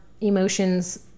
emotions